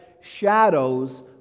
shadows